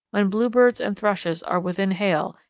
when bluebirds and thrushes are within hail,